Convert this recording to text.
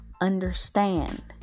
Understand